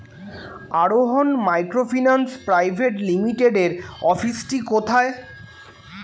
আরোহন microfinance private লিমিটেডের অফিসটি কোথায়?